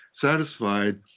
satisfied